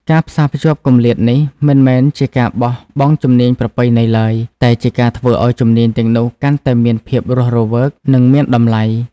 ការផ្សារភ្ជាប់គម្លាតនេះមិនមែនជាការបោះបង់ជំនាញប្រពៃណីឡើយ តែជាការធ្វើឱ្យជំនាញទាំងនោះកាន់តែមានភាពរស់រវើកនិងមានតម្លៃ។